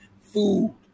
food